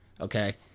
okay